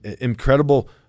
Incredible